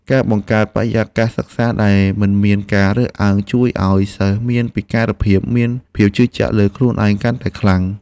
ការបង្កើតបរិយាកាសសិក្សាដែលមិនមានការរើសអើងជួយឱ្យសិស្សមានពិការភាពមានភាពជឿជាក់លើខ្លួនឯងកាន់តែខ្លាំង។